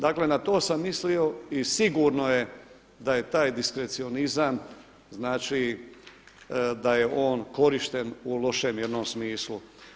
Dakle, na to sam mislio i sigurno je da je taj diskrecionizam znači da je on korišten u lošem jednom smislu.